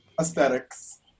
Aesthetics